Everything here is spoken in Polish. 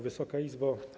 Wysoka Izbo!